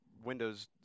Windows